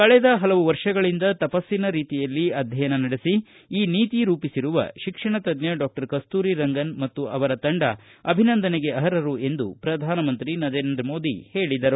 ಕಳೆದ ಹಲವು ವರ್ಷಗಳಿಂದ ತಪಸ್ಸಿನ ರೀತಿಯಲ್ಲಿ ಅಧ್ಯಯನ ನಡೆಸಿ ಈ ನೀತಿ ರೂಪಿಸಿರುವ ಶಿಕ್ಷಣ ತಜ್ಜ ಡಾಕ್ಟರ್ ಕಸ್ತೂರಿ ರಂಗನ್ ಮತ್ತು ಅವರ ತಂಡ ಅಭಿನಂದನೆಗೆ ಅರ್ಹರು ಎಂದು ಪ್ರಧಾನಿ ನರೇಂದ್ರ ಮೋದಿ ಹೇಳದರು